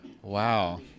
Wow